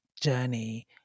journey